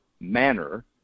manner